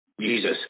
Jesus